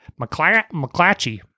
McClatchy